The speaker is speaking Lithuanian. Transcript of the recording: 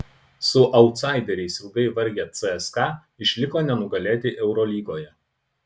su autsaideriais ilgai vargę cska išliko nenugalėti eurolygoje